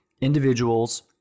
individuals